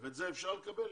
את זה אפשר לקבל?